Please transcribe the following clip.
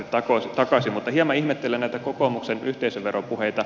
mutta hieman ihmettelen näitä kokoomuksen yhteisöveropuheita